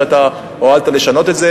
שהכול שונה והכול בסדר.